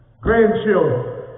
grandchildren